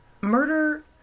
murder